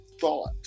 thought